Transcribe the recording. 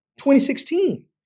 2016